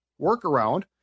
workaround